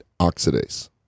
oxidase